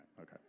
okay